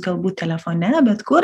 galbūt telefone bet kur